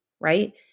right